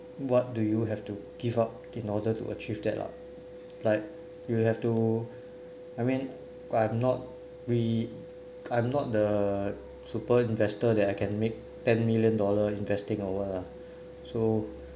what do you have to give up in order to achieve that lah like you will have to I mean I have not re~ I'm not the super investor that I can make ten million dollar investing or what lah so